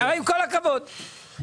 תגידו לנו רק את האמת, לא מעבר לזה.